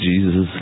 Jesus